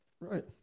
Right